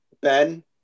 Ben